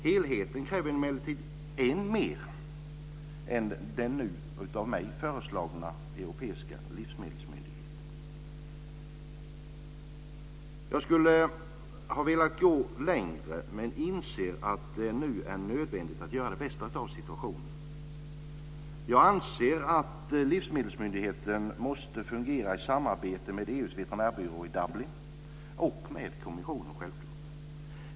Helheten kräver emellertid än mer än den nu av mig föreslagna europeiska livsmedelsmyndigheten. Jag skulle ha velat gå längre men inser att det nu är nödvändigt att göra det bästa av situationen. Jag anser att livsmedelsmyndigheten måste fungera i samarbete med EU:s veterinärbyrå i Dublin och med kommissionen.